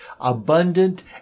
abundant